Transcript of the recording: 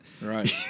Right